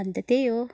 अन्त त्यही हो